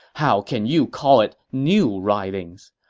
how can you call it new writings?